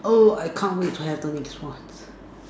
oh I can't wait to have the next one